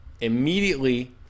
immediately